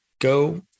go